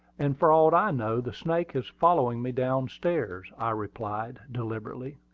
and, for aught i know, the snake is following me down-stairs, i replied deliberately.